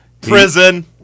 Prison